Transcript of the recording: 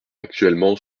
actuellement